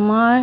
আমাৰ